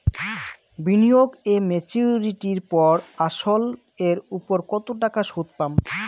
বিনিয়োগ এ মেচুরিটির পর আসল এর উপর কতো টাকা সুদ পাম?